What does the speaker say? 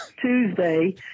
Tuesday